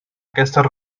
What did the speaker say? aquestes